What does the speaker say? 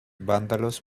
vándalos